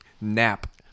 Nap